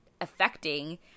affecting